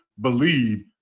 BELIEVE